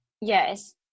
yes